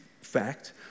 fact